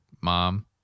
mom